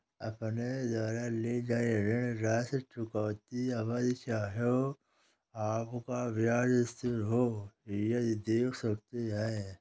अपने द्वारा ली गई ऋण राशि, चुकौती अवधि, चाहे आपका ब्याज स्थिर हो, आदि देख सकते हैं